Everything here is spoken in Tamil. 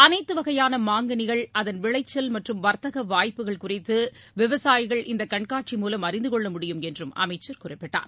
அனைத்து வகையான மாங்களிகள் அதன் விளைச்சல் மற்றும் வர்த்தக வாய்ப்புகள் குறித்து விவசாயிகள் இந்த கண்காட்சி மூலம் அறிந்து கொள்ள முடியும் என்றும் அமைச்சர் குறிப்பிட்டார்